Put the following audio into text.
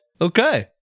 Okay